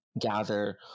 gather